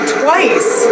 twice